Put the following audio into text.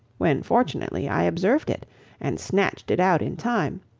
when fortunately i observed it and snatched it out in time,